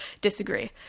disagree